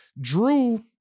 Drew